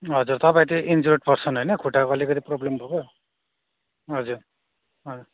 हजुर तपाईँ चाहिँ इन्जर्ड पर्सन होइन खुट्टाको अलिकति प्रब्लम भएको हजुर अँ